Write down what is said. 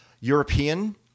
European